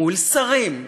מול שרים,